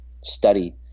study